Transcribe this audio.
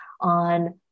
on